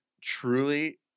truly